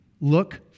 Look